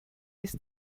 ist